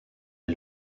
est